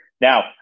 Now